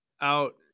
out